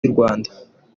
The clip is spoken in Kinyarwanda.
yurwanda